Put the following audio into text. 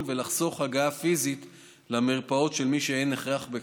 ולחסוך הגעה פיזית למרפאות למי שאין הכרח בכך.